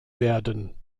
werden